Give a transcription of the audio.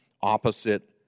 opposite